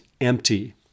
empty